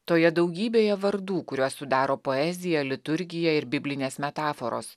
toje daugybėje vardų kuriuos sudaro poezija liturgija ir biblinės metaforos